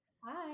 Hi